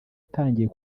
utangiye